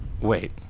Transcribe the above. wait